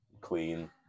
clean